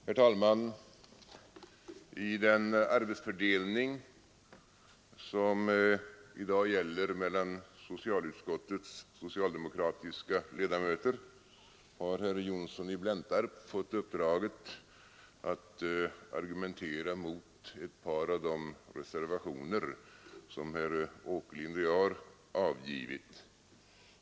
Herr talman! Den arbetsfördelning som i dag gäller mellan socialutskottets socialdemokratiska ledamöter innebär att herr Johnsson i Blentarp fått uppdraget att argumentera mot ett par av de reservationer som herr Åkerlind och jag har avgivit.